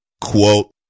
Quote